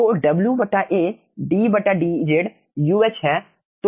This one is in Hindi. तो WA ddz है